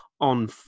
on